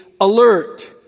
alert